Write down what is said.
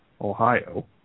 Ohio